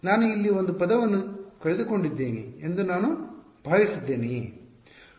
ನಾನು ಇಲ್ಲಿ ಒಂದು ಪದವನ್ನು ಕಳೆದುಕೊಂಡಿದ್ದೇನೆ ಎಂದು ನಾನು ಭಾವಿಸಿದ್ದೇನೆಯೇ